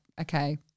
okay